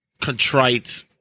contrite